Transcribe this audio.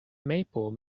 maple